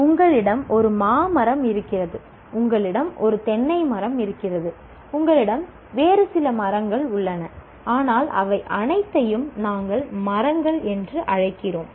உங்களிடம் ஒரு மா மரம் இருக்கிறது உங்களிடம் ஒரு தென்னை மரம் இருக்கிறது உங்களிடம் வேறு சில மரங்கள் உள்ளன ஆனால் அவை அனைத்தையும் நாங்கள் மரங்கள் என்று அழைக்கிறோம்